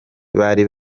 bari